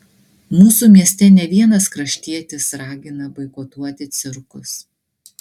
mūsų mieste ne vienas kraštietis ragina boikotuoti cirkus